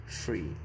free